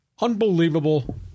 unbelievable